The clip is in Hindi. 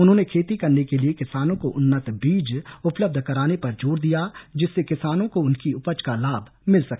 उन्होंने खेती करने के लिए किसानों को उन्नत बीज उपलब्ध कराने पर जोर दिया जिससे किसानों को उनकी उपज का लाभ मिल सके